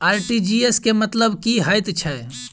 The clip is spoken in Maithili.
आर.टी.जी.एस केँ मतलब की हएत छै?